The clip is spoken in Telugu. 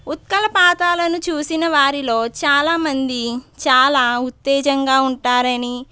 ఉత్కలపాతాలను చూసిన వారిలో చాలా మంది చాలా ఉత్తేజంగా ఉంటారని